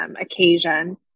occasion